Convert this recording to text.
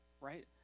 right